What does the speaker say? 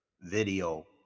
video